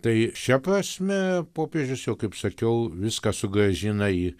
tai šia prasme popiežius jau kaip sakiau viską sugrąžina į